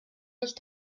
nicht